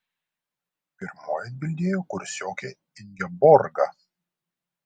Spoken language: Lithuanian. pirmoji atbildėjo kursiokė ingeborga